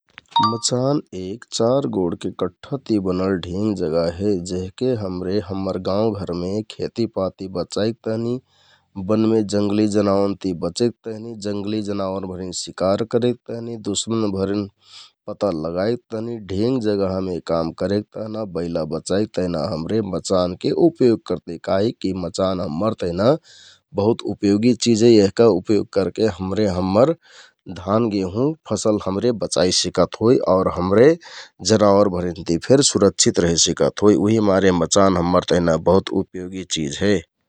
मचान एक चार गोडके कट्ठाति बनल ढेंग जगह हे जेहके हमरे हम्मर गाउँघरमे खेतिपाति बचेक तहनि बनमे जंगलि जनावरभरिन सिकार करेक तहनि, दुश्भरिन पता लगाइक तहनि ढेंग जगहमे काम करेक तहना, बैला बचाइक तहना हमरे मचानके उपयोग करति काहिककि मचान हम्मर तहना बहुत उपयोगि चिज हे । यहका उपयोग करके हमरे हम्मर धान गेंहुँ फसल हमरे बचाइ सिकत होइ । आउ हमरे जनावरभरिन ति फेक सुरक्षित रेहे सिकत होइ । उहिमारे मचान हम्मर तेहना बहुत उपयोगि चिज हे ।